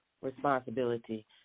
responsibility